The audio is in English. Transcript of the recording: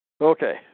Okay